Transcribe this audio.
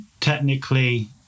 technically